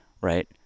right